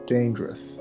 Dangerous